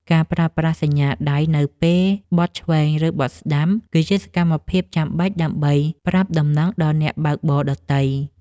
ការប្រើប្រាស់សញ្ញាដៃនៅពេលបត់ឆ្វេង ឬបត់ស្ដាំ គឺជាសកម្មភាពចាំបាច់ដើម្បីប្រាប់ដំណឹងដល់អ្នកបើកបរដទៃ។